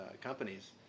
companies